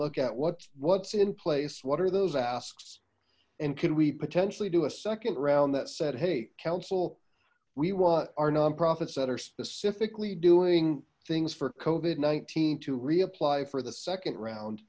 look at what what's in place what are those asks and could we potentially do a second round that said hey council we want our nonprofits that are specifically doing things for kovat nineteen to reapply for the second round